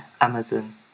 Amazon